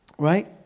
Right